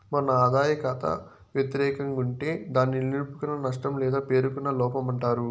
మన ఆదాయ కాతా వెతిరేకం గుంటే దాన్ని నిలుపుకున్న నష్టం లేదా పేరుకున్న లోపమంటారు